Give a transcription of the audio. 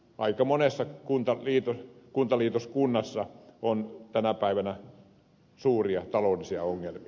aika monessa kuntaliitoskunnassa on tänä päivänä suuria taloudellisia ongelmia